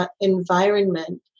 environment